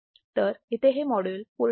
तर इथे हे मॉड्यूल पूर्ण होते